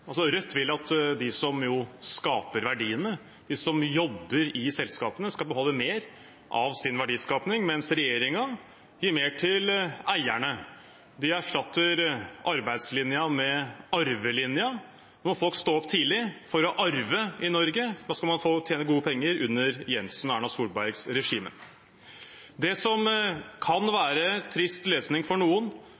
Rødt vil at de som skaper verdiene, de som jobber i selskapene, skal beholde mer av sin verdiskaping, mens regjeringen gir mer til eierne. De erstatter arbeidslinja med «arvelinja». Nå må folk stå opp tidlig for å arve i Norge. Da skal man få tjene gode penger under Siv Jensen og Erna Solbergs regime. Det som kan